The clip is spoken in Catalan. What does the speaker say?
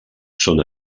són